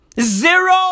Zero